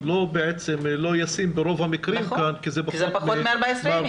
לא ישים ברוב המקרים כאן כי זה פחות מ-14 יום.